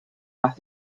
más